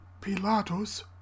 Pilatus